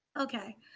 Okay